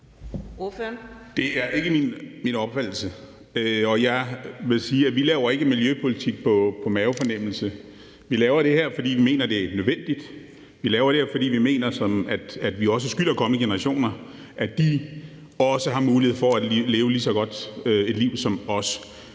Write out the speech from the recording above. Det er ikke min opfattelse, og jeg vil sige, at vi ikke laver miljøpolitik på en mavefornemmelse. Vi laver det her, fordi vi mener, det er nødvendigt. Vi laver det her, fordi vi mener, at vi skylder de kommende generationer, at de også får mulighed for at leve et lige så godt liv som os.